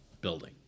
building